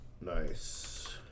Nice